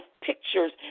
pictures